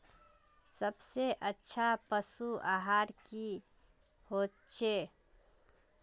सबसे अच्छा पशु आहार की होचए?